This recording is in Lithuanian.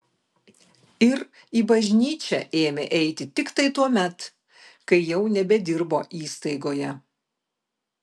ir į bažnyčią ėmė eiti tiktai tuomet kai jau nebedirbo įstaigoje